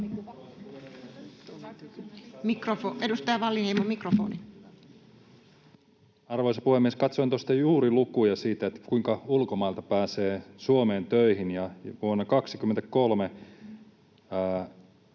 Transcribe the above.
Arvoisa puhemies! Katsoin tuosta juuri lukuja siitä, kuinka ulkomailta pääsee Suomeen töihin. Tänä vuonna aika